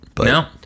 No